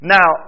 Now